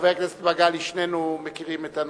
חבר הכנסת מגלי, שנינו מכירים את הנושאים.